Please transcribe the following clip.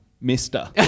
Mister